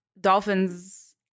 dolphins